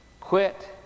Quit